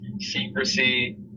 secrecy